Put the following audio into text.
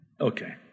Okay